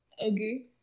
Okay